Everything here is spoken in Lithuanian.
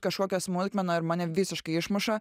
kažkokia smulkmena ir mane visiškai išmuša